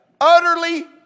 utterly